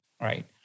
right